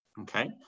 Okay